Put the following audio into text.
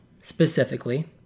specifically